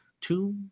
two